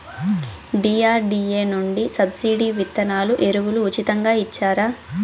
DRDA నుండి subsidy విత్తనాలు ఎరువులు ఉచితంగా ఇచ్చారా?